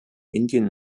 indian